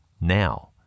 now